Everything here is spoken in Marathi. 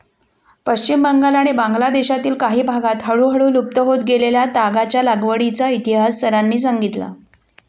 पश्चिम बंगाल आणि बांगलादेशातील काही भागांत हळूहळू लुप्त होत गेलेल्या तागाच्या लागवडीचा इतिहास सरांनी सांगितला